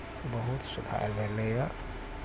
बहुत सुधार भेलैया